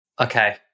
Okay